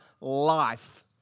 life